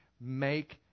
make